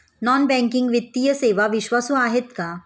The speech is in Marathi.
नॉन बँकिंग वित्तीय सेवा विश्वासू आहेत का?